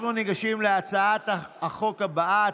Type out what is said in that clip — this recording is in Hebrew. אנחנו ניגשים להצעת החוק הבאה,